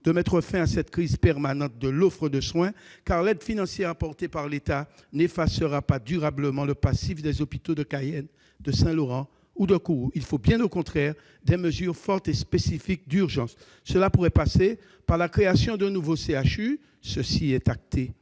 de mettre fin à cette crise permanente de l'offre de soins, car l'aide financière apportée par l'État n'effacera pas durablement le passif des hôpitaux de Cayenne, de Saint-Laurent-du-Maroni et de Kourou. Il faut des mesures d'urgence fortes et spécifiques. Cela pourrait passer par la création d'un nouveau CHU- cela est